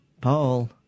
Paul